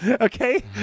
Okay